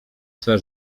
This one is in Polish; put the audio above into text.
swe